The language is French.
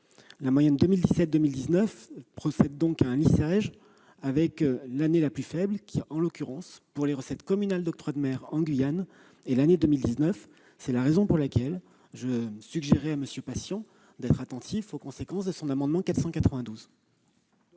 La moyenne 2017-2019 procède donc à un lissage avec l'année la plus faible, qui, pour les recettes communales d'octroi de mer en Guyane, est l'année 2019. C'est la raison pour laquelle j'ai suggéré à M. Patient d'être attentif aux conséquences de cet amendement.